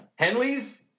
Henleys